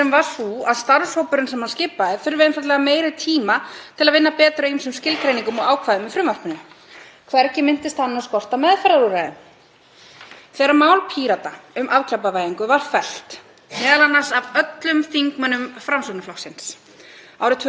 Þegar mál Pírata um afglæpavæðingu var fellt, m.a. af öllum þingmönnum Framsóknarflokksins, árið 2020 var því haldið fram af hálfu flokksins að flokkurinn styddi afglæpavæðingu en ekki núna vegna þess að þetta mál Pírata væri ekki nógu vandað.